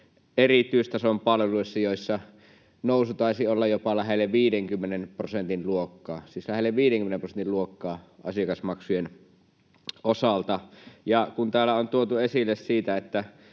erityistason palveluissa, joissa nousu taisi olla jopa lähelle 50 prosentin luokkaa — siis lähelle 50 prosentin luokkaa asiakasmaksujen osalta. Ja kun täällä on tuotu esille sitä,